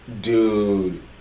dude